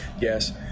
yes